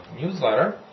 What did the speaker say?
newsletter